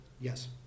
Yes